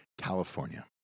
California